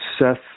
Seth